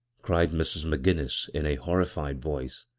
cried mrs. mcginnis in a horrified voice,